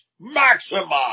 Maximize